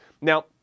Now